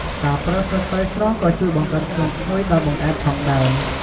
ការប្រើស្លឹកតើយស្រស់ក៏ជួយបង្កើនក្លិនឈ្ងុយដល់បង្អែមផងដែរ។